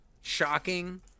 Shocking